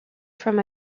from